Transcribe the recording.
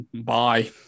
bye